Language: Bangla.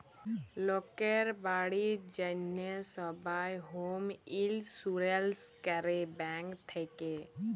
লকের বাড়ির জ্যনহে সবাই হম ইলসুরেলস ক্যরে ব্যাংক থ্যাকে